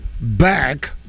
back